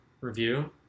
review